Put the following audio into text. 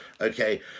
Okay